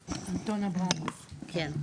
בבקשה.